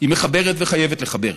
היא מחברת וחייבת לחבר.